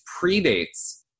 predates